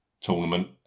tournament